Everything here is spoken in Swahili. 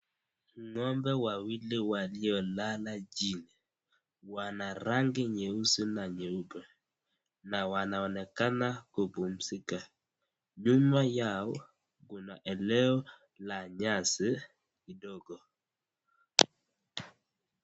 Ngombe wawili walio lala chini. Wana rangi nyeusi na nyeupe na wanaonekana kupumzika. Nyuma yao kuna eneo la nyasi kidogo.